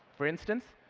for instance,